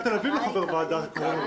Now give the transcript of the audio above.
תל אביב לא חבר ועדה --- איתן,